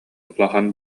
улахан